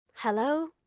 Hello